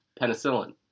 penicillin